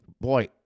boy